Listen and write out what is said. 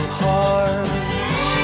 hearts